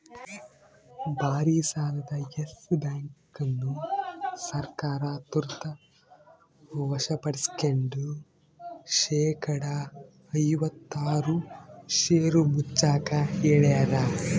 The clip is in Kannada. ಭಾರಿಸಾಲದ ಯೆಸ್ ಬ್ಯಾಂಕ್ ಅನ್ನು ಸರ್ಕಾರ ತುರ್ತ ವಶಪಡಿಸ್ಕೆಂಡು ಶೇಕಡಾ ಐವತ್ತಾರು ಷೇರು ಮುಚ್ಚಾಕ ಹೇಳ್ಯಾರ